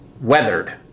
weathered